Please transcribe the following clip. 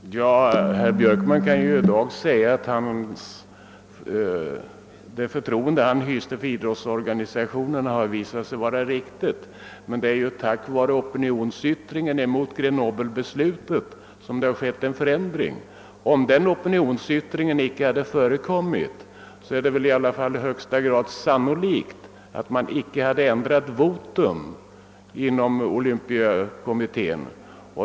Herr talman! Herr Björkman kan i dag säga att det förtroende han hyste för idrottsorganisationerna visade sig berättigat, men det är tack vare opinionsyttringen mot beslutet i Grenoble som det skett en förändring. Om den opinionsyttringen inte hade förekommit är det i högsta grad sannolikt att man inte hade ändrat votum inom olympiadkommittén.